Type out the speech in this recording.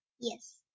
Yes